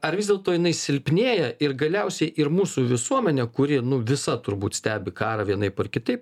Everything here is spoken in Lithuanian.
ar vis dėlto jinai silpnėja ir galiausiai ir mūsų visuomenė kuri nu visa turbūt stebi karą vienaip ar kitaip